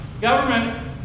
Government